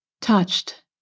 touched